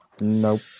Nope